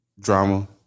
Drama